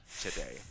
today